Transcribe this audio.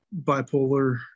bipolar